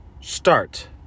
start